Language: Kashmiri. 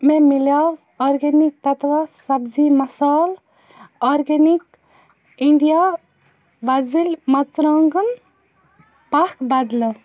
مےٚ مِلیٛاز آرگینِک تتوا سبزی مَصال آرگینِک اِنڈیا وۄزٕلۍ مژرٛانٛگن پھَکھ بدلہٕ